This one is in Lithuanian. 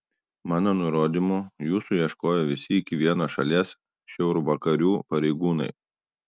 mano nurodymu jūsų ieškojo visi iki vieno šalies šiaurvakarių pareigūnai